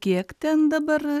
kiek ten dabar